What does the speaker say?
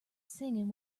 singing